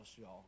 y'all